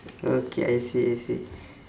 okay I see I see